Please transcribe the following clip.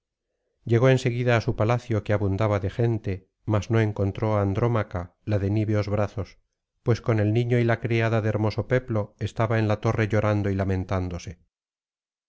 llegó en seguida á su palacio que abundaba de gente mas no encontró á andrómaca la de niveos brazos pues con el niño y la criada de hermoso peplo estaba en la torre llorando y lamentándose